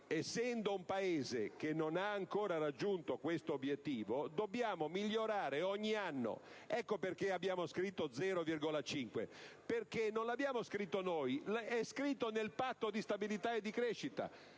essendo un Paese che non ha ancora raggiunto questo obiettivo, dobbiamo migliorare ogni anno. Ecco perché abbiamo previsto la cifra dello 0,5 per cento: non l'abbiamo scritto noi, è scritto nel Patto di stabilità e crescita.